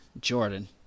Jordan